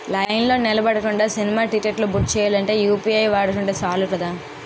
లైన్లో నిలబడకుండా సినిమా టిక్కెట్లు బుక్ సెయ్యాలంటే యూ.పి.ఐ వాడుకుంటే సాలు కదా